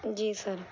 جی سر